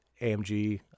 AMG